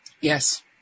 Yes